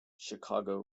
chicago